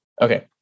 Okay